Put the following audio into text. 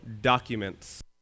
documents